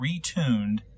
retuned